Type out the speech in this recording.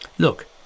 Look